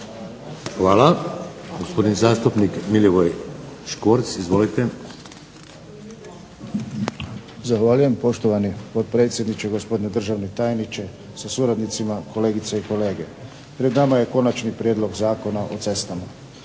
Hvala. Gospodin zastupnik Milivoj Škvorc. Izvolite. **Škvorc, Milivoj (HDZ)** Zahvaljujem. Poštovani gospodine potpredsjedniče, gospodine državni tajniče sa suradnicima, kolegice i kolege zastupnici. Pred nama je Konačni prijedlog Zakona o cestama.